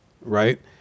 right